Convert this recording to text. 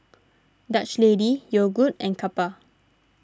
Dutch Lady Yogood and Kappa